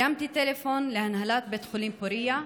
הרמתי טלפון להנהלת בית חולים פוריה,